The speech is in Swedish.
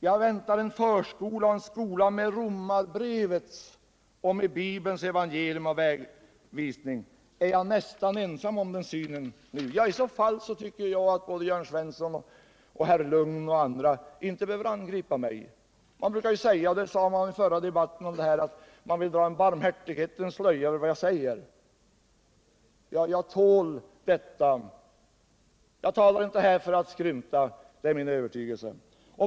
Jag väntar en förskola och en skola med Romarbrevet och Bibelns evangelium och vägvisning. Är jag nästan ensam om den synen nu? I så fall tycker jag att både Jörn Svensson, herr Lugn och andra inte behöver angripa mig. Man sade i den förra debatten att man ville dra en barmhärtighetens slöja över vad jag säger. Ja, jag tål det. Jag talar inte för att skrymta, det är min övertygelse.